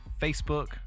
Facebook